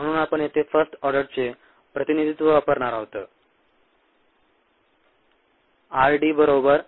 म्हणून आपण येथे फर्स्ट ऑर्डरचे प्रतिनिधित्व वापरत आहोत